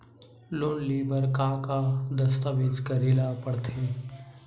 Loan ले बर का का दस्तावेज करेला पड़थे?